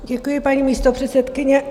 Děkuji, paní místopředsedkyně.